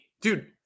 dude